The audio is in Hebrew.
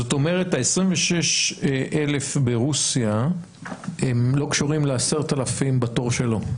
זאת אומרת ה-26,000 ברוסיה לא קשורים ל-10,000 בתור שלו?